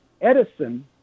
Edison